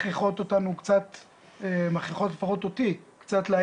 יידרש לקבוע מי הוא הגורם הזה שכמובן יוכל לקחת על